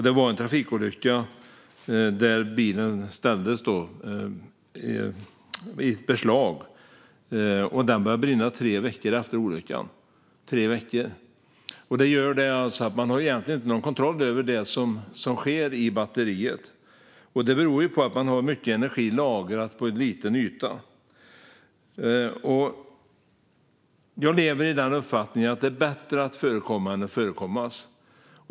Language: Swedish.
Det var en trafikolycka där bilen togs i beslag, och den började brinna tre veckor efter olyckan - tre veckor! Man har alltså egentligen ingen kontroll över vad som sker i batteriet, och det beror på att det är mycket energi lagrad på liten yta. Jag är av den uppfattningen att det är bättre att förekomma än att förekommas.